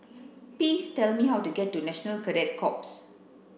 please tell me how to get to National Cadet Corps